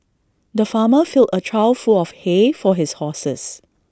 the farmer filled A trough full of hay for his horses